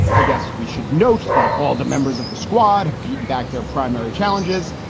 i guess we should note that all the members of the squad have beaten back their primary challenges.